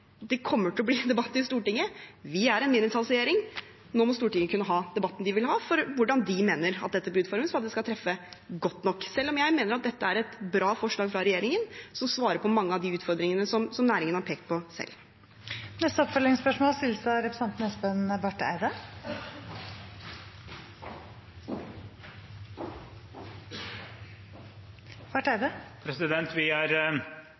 Det kommer til å bli debatt i Stortinget. Vi er en mindretallsregjering. Nå må Stortinget kunne ha debatten de vil ha om hvordan de mener at dette bør utformes for at det skal treffe godt nok, selv om jeg mener at dette er et bra forslag fra regjeringen, som svarer på mange av de utfordringene som næringen har pekt på selv. Espen Barth Eide – til oppfølgingsspørsmål. Vi er